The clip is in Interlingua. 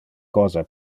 cosa